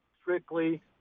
strictly